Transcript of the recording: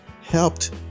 helped